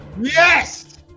yes